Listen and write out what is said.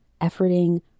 efforting